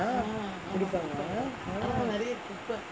ah பிடிப்பாங்கே:pidipaangae